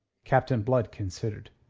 captain blood considered.